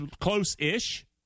close-ish